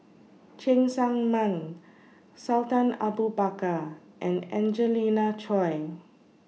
Cheng Tsang Man Sultan Abu Bakar and Angelina Choy